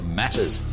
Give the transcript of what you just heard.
matters